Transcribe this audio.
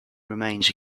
remains